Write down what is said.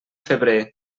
febrer